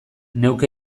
neuk